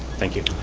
thank you.